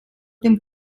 dem